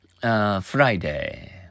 Friday